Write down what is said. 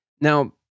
Now